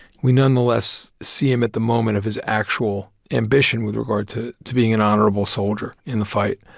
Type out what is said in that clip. we nonetheless see him at the moment of his actual ambition with regard to to being an honorable soldier in the fight.